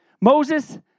Moses